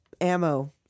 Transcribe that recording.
ammo